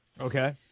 Okay